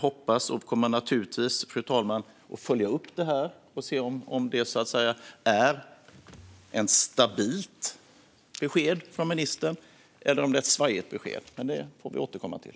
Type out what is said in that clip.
Vi kommer naturligtvis, fru talman, att följa upp det och se om det är ett stabilt besked från ministern eller om det är ett svajigt besked. Men det får vi återkomma till.